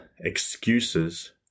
excuses